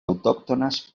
autòctones